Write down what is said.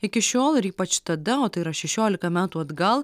iki šiol ir ypač tada o tai yra šešiolika metų atgal